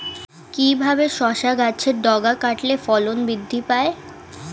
কিভাবে শসা গাছের ডগা কাটলে ফলন বৃদ্ধি পায়?